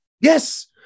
Yes